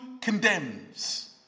condemns